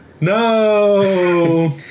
No